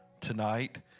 tonight